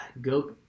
go